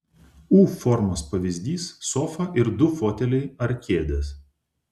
u formos pavyzdys sofa ir du foteliai ar kėdės